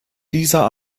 dieser